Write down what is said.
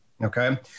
Okay